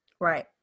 Right